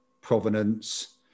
provenance